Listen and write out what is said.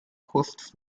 hosts